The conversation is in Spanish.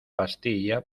pastilla